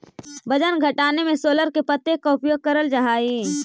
वजन घटाने में सोरल के पत्ते का उपयोग करल जा हई?